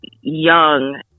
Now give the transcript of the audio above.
young